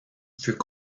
fut